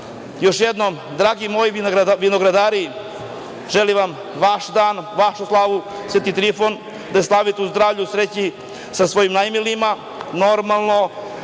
jednom, dragi moji vinogradari, želim vam da vaš dan, vašu slavu Sveti Trifun slavite u zdravlju i sreći sa svojim najmilijima, normalno,